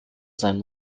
sein